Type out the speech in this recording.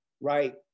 right